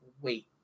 wait